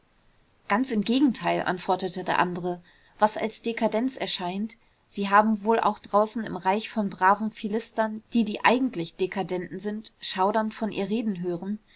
ganz im gegenteil antwortete der andere was als dekadenz erscheint sie haben wohl auch draußen im reich von braven philistern die die eigentlich dekadenten sind schaudernd von ihr reden hören